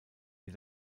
ihr